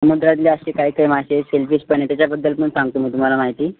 समुद्रातले असते काही काही मासे शेल फिश पण आहे त्याच्याबद्दल पण सांगतो मी तुम्हाला माहिती